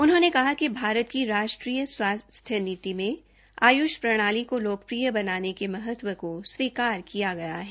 उन्होंने कहा कि भारत की राष्ट्रीय स्वास्थ्य नीति में आयुष प्रणाली को लोकप्रिय बनाने के महत्व को स्वीकार किया गया है